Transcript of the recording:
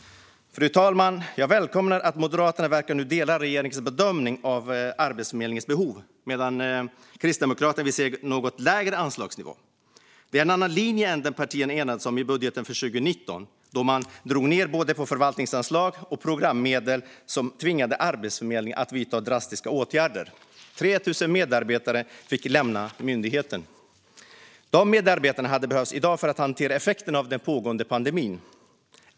Fru talman! Jag välkomnar att Moderaterna nu verkar dela regeringens bedömning av Arbetsförmedlingens behov, medan Kristdemokraterna vill se en något lägre anslagsnivå. Det är en annan linje än den partierna enades om i budgeten för 2019, då man drog ned på både förvaltningsanslag och programmedel, vilket tvingade Arbetsförmedlingen att vidta drastiska åtgärder. 3 000 medarbetare fick lämna myndigheten. De medarbetarna hade behövts i dag för att hantera effekterna av den pågående pandemin.